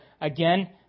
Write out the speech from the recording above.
again